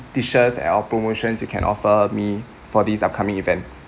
dishes and or promotions you can offer me for this upcoming event